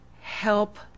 help